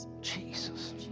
Jesus